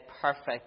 perfect